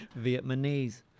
Vietnamese